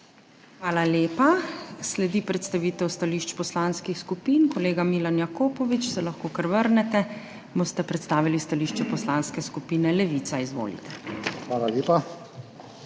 Hvala lepa. Sledi predstavitev stališč poslanskih skupin. Kolega Milan Jakopovič, lahko se kar vrnete, predstavili boste stališče Poslanske skupine Levica. Izvolite. MILAN